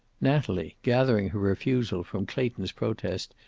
natalie, gathering her refusal from clayton's protest,